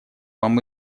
вам